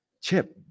Chip